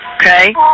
okay